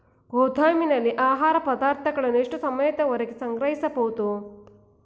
ಗೋದಾಮಿನಲ್ಲಿ ಆಹಾರ ಪದಾರ್ಥಗಳನ್ನು ಎಷ್ಟು ಸಮಯದವರೆಗೆ ಸಂಗ್ರಹಿಸಬಹುದು?